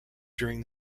during